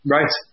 Right